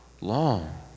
long